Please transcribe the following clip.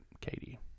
katie